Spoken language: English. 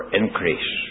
increase